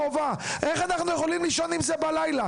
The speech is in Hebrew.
איך אנחנו יכולים לישון עם זה בלילה,